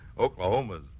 Oklahoma's